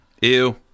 Ew